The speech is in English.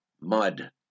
mud